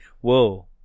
Whoa